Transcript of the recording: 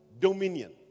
dominion